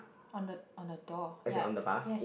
on the on the door ya yes